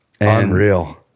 unreal